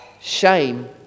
Shame